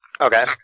Okay